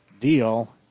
Deal